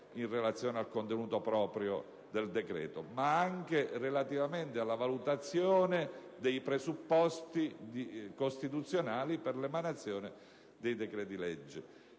in relazione al contenuto proprio del decreto, ma anche rispetto alla valutazione dei presupposti costituzionali per l'adozione dei decreti-legge.